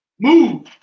Move